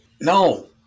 No